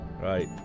Right